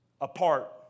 apart